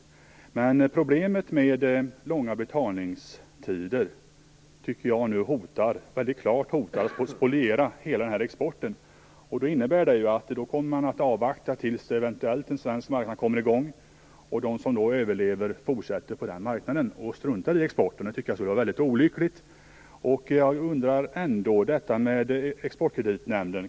Men nu tycker jag att problemet med de långa betalningstiderna klart hotar att spoliera hela exporten. Det skulle innebära att man avvaktade tills en svensk marknad eventuellt kommer i gång. De som överlever fortsätter då på den marknaden och struntar i exporten. Det tycker jag skulle vara väldigt olyckligt. Jag undrar ändå om detta med Exportkreditnämnden.